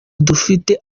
dufite